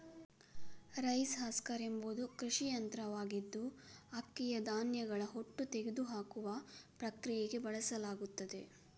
rice husker ಎಂಬುದು ಕೃಷಿ ಯಂತ್ರವಾಗಿದ್ದು ಅಕ್ಕಿಯ ಧಾನ್ಯಗಳ ಹೊಟ್ಟು ತೆಗೆದುಹಾಕುವ ಪ್ರಕ್ರಿಯೆಗೆ ಬಳಸಲಾಗುತ್ತದೆ